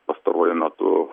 pastaruoju metu